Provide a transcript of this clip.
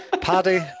Paddy